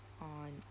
on